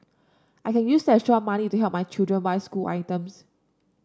I can use the extra money to help my children buy school items